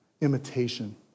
imitation